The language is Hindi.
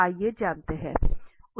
आइये जानते हैं